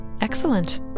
Excellent